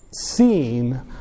seen